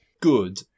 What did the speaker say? good